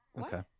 Okay